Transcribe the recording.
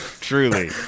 truly